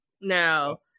now